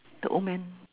the old man